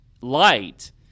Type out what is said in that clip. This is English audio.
light